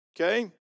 Okay